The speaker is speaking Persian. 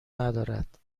ندارد